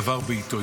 דבר בעיתו,